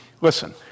Listen